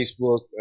Facebook